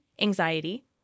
anxiety